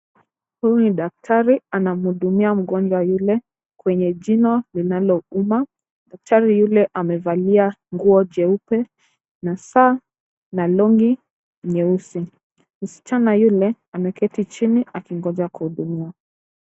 Huyu ni daktari anamhudumia mgonjwa yule kwenye jino linalouma. Daktari yule amevalia nguo jeupe na saa na long'i nyeusi. Msichana yule ameketi chini akingoja kuhudumiwa.